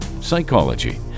psychology